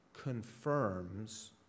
confirms